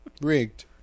rigged